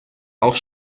auch